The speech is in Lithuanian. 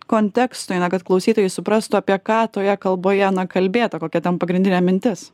kontekstui na kad klausytojai suprastų apie ką toje kalboje na kalbėta kokia ten pagrindinė mintis